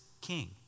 king